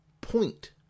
Point